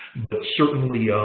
certainly,